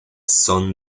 son